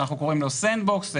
שאנחנו קוראים לו Sand box.